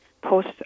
post